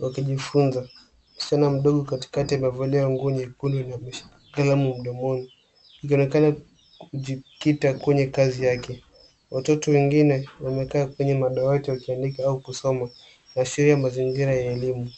wakijifunza. Msichana mdogo katikati amevalia nguo nyekundu na ameshika kalamu mdomoni akionekana kujikita katika kazi yake. Watoto wengine wamekaa kwenye madawati wakiandika au kusoma kuashiria mazingira ya elimu.